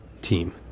team